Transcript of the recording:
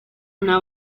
una